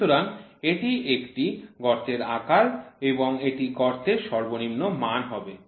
সুতরাং এটি একটি গর্তের আকার এবং এটি গর্তের সর্বনিম্ন মান হবে